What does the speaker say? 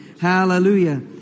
Hallelujah